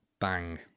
bang